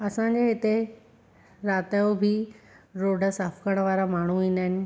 असांजे हिते राति जो बि रोड साफ़ करण वारा माण्हू ईंदा आहिनि